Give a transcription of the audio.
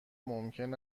ممکن